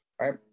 right